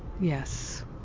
Yes